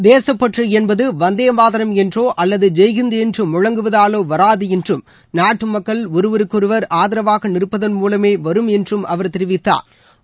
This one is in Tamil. தேசப்பற்று என்பது வந்தேமாதரம் என்றோ அல்லது ஜெய்ஹிந்த் என்று முழங்குவதாலோ வராது என்றும் நாட்டு மக்கள் ஒருவருக்கொருவா் ஆதரவாக நிற்பதன் மூலமே வரும் என்றும் அவா் தெரிவித்தாா்